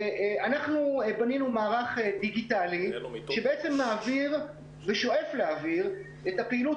אנחנו בנינו מערך דיגיטלי שמעביר ושואף להעביר את הפעילות